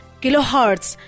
kilohertz